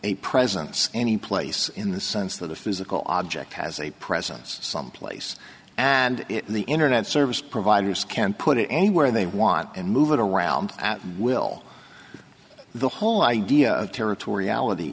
a presence any place in the sense that a physical object has a presence someplace and the internet service providers can put it anywhere they want and move it around at will the whole idea of territor